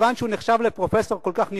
כיוון שהוא נחשב לפרופסור כל כך נכבד,